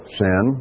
sin